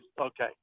okay